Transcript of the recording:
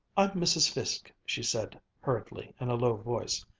i'm mrs. fiske, she said hurriedly, in a low voice,